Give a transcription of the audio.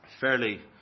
fairly